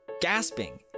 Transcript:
gasping